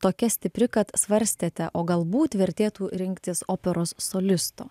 tokia stipri kad svarstėte o galbūt vertėtų rinktis operos solisto